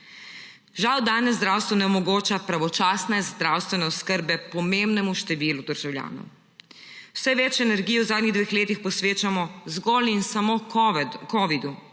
Žal danes zdravstvo ne omogoča pravočasne zdravstvene oskrbe pomembnemu številu državljanov. Vse več energije v zadnjih dveh letih posvečamo zgolj in samo covidu,